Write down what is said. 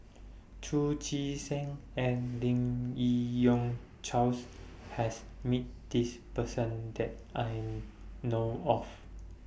Chu Chee Seng and Lim Yi Yong Charles has meet This Person that I know of